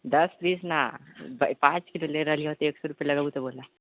दश पीस ना पाँच किलो ले रहलियो तऽ एक सए रुपआ लगेबु तऽ बोलऽ